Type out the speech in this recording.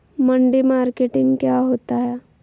मंडी मार्केटिंग क्या होता है?